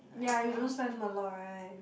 ya you don't spend a lot right